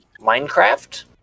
Minecraft